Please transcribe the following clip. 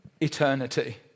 eternity